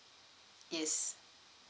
yes